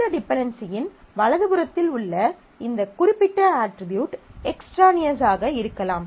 இந்த டிபென்டென்சியின் வலது புறத்தில் உள்ள இந்த குறிப்பிட்ட அட்ரிபியூட் எக்ஸ்ட்ரானியஸாக இருக்கலாம்